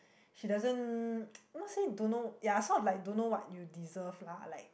she doesn't not say don't know ya sort of like don't know what you deserve lah like